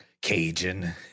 Cajun